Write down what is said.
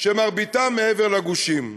ומרביתם מעבר לגושים.